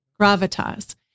gravitas